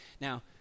Now